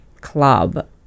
club